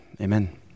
Amen